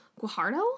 Guajardo